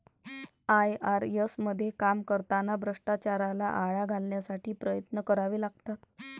IRS मध्ये काम करताना भ्रष्टाचाराला आळा घालण्यासाठी प्रयत्न करावे लागतात